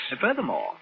Furthermore